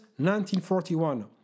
1941